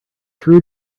through